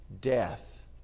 death